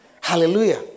Hallelujah